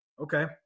Okay